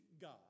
God